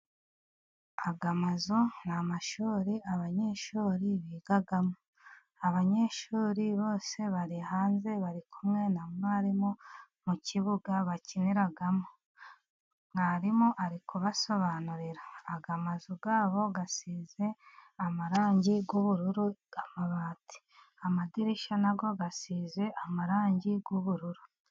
Aya mazu ni amashuri abanyeshuri bigamo. Abanyeshuri bose bari hanze bari kumwe na mwarimu mu kibuga bakiniramo, mwarimu ari kubasobanurira. Aya mazu yabo asize amarangi y'ubururu y'amabati, amadirishya na yo asize amarangi y'ubururu.